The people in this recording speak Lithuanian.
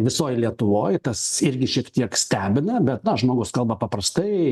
visoj lietuvoj tas irgi šiek tiek stebina bet na žmogus kalba paprastai